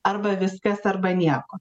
arba viskas arba nieko